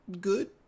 good